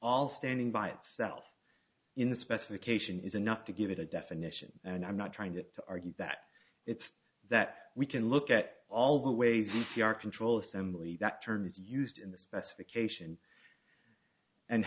all standing by itself in the specification is enough to give it a definition and i'm not trying to argue that it's that we can look at all the ways to our control assembly that term is used in the specification and